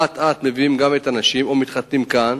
אט-אט הם מביאים גם את הנשים או מתחתנים כאן